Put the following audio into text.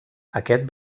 aquest